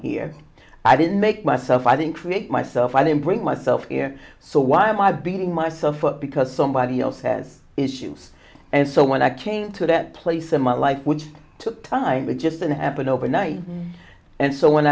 here i didn't make myself i think for myself i didn't bring myself here so why am i beating myself up because somebody else has issues and so when i came to that place in my life which took time it just didn't happen overnight and so when